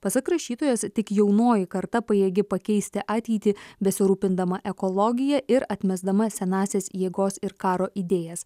pasak rašytojos tik jaunoji karta pajėgi pakeisti ateitį besirūpindama ekologija ir atmesdama senąsias jėgos ir karo idėjas